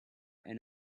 and